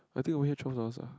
I think over here twelve dollars ah